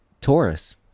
Taurus